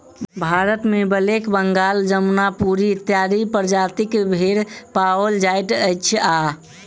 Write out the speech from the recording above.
भारतमे ब्लैक बंगाल, जमुनापरी इत्यादि प्रजातिक भेंड़ पाओल जाइत अछि आ